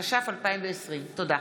התש"ף 2020. תודה.